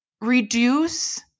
reduce